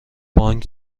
بانک